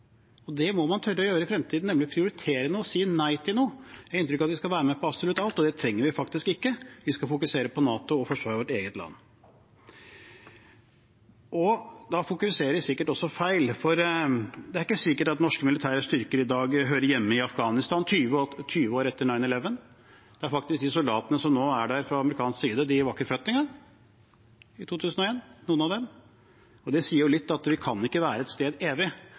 Det må man tørre å gjøre i fremtiden, nemlig å prioritere noe og si nei til noe. Jeg har inntrykk av at vi skal være med på absolutt alt, men det trenger vi faktisk ikke. Vi skal fokusere på NATO og forsvaret av vårt eget land. Da fokuseres det sikkert også feil, for det er ikke sikkert at norske militære styrker i dag hører hjemme i Afghanistan – 20 år etter 9/11. De soldatene som nå er der fra amerikansk side, var ikke født engang i 2001, i hvert fall noen av dem. Det sier jo litt: Vi kan ikke være et sted til evig